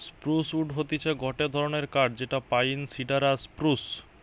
spruce wood হতিছে গটে ধরণের কাঠ যেটা পাইন, সিডার আর স্প্রুস